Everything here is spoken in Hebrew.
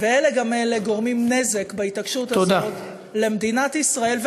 ואלה גם אלה גורמים בהתעקשות הזאת נזק למדינת ישראל,